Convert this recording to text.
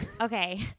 Okay